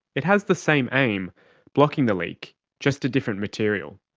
it has the same aim blocking the leak just a different material.